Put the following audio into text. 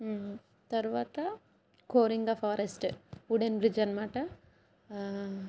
తరువాత Coringa forest wooden bridge అన్నమాట